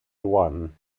one